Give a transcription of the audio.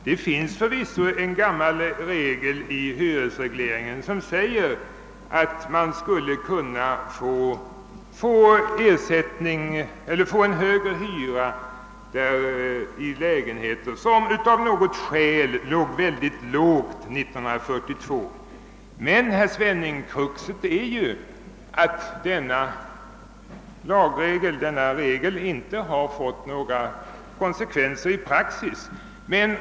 Herr talman! Förvisso finns det en gammal bestämmelse i hyresregleringen som säger, att man kan få en högre hyra för lägenheter som av något skäl var mycket låga 1942. Men, herr Svenning, kruxet är ju att denna regel inte fått några konsekvenser i praktiken.